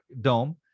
dome